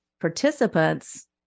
participants